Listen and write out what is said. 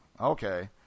okay